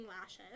lashes